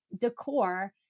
decor